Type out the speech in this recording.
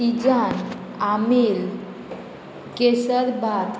तिजान आमील केसरभात